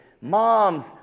Moms